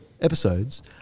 episodes